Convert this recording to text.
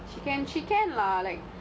she can she can lah like